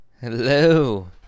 Hello